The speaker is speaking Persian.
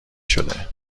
شده